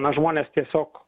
na žmonės tiesiog